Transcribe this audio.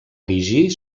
erigir